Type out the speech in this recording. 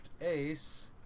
Ace